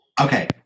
Okay